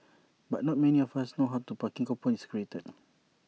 but not many of us know how the parking coupon is created